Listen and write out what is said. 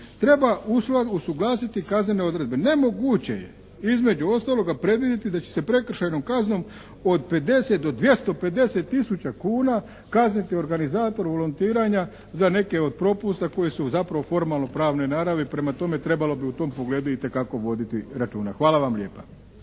Treba usuglasiti kaznene odredbe. Nemoguće je između ostaloga predvidjeti da će se prekršajnom kaznom od 50 do 250 tisuća kuna kazniti organizator volontiranja za neke od propusta koji su zapravo formalno-pravne naravi. Prema tome trebalo bi u tom pogledu itekako voditi računa. Hvala vam lijepa.